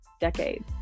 decades